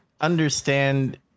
understand